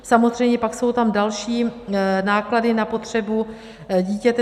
Samozřejmě pak jsou tam další náklady na potřebu dítěte.